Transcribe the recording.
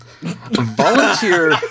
Volunteer